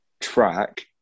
track